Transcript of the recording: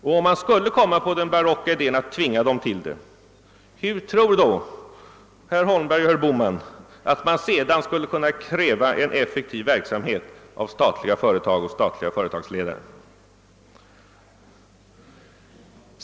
Och om man skulle komma på den barocka idén att tvinga dem härtill, hur tror då herr Holmberg och herr Bohman att man sedan skulle kunna kräva en effektiv verksamhet av statliga företagsledare?